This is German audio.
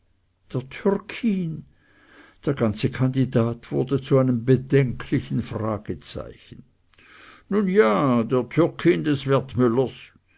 der türkin der ganze kandidat wurde zu einem bedenklichen fragezeichen nun ja der türkin des